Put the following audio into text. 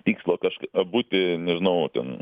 tikslo kažk būti nežinau ten